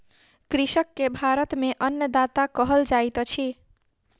कृषक के भारत में अन्नदाता कहल जाइत अछि